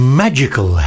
magical